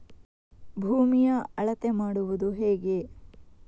ಭೂಮಿಯ ಅಳತೆ ಮಾಡುವುದು ಹೇಗೆ?